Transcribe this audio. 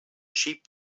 sheep